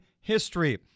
history